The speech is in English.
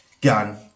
gun